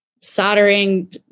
soldering